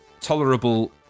tolerable